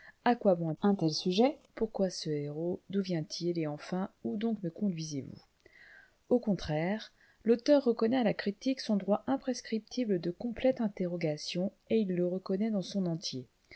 à quoi bon tel sujet pourquoi ce héros d'où vient-il et enfin où donc me conduisez-vous au contraire l'auteur reconnaît à la critique son droit imprescriptible de complète interrogation et il le reconnaît dans son entier